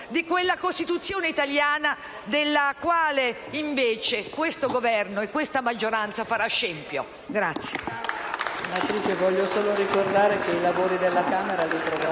di quella Costituzione italiana della quale, invece, questo Governo e questa maggioranza faranno scempio.